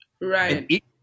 Right